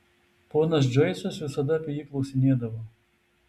ponas džoisas visada apie jį klausinėdavo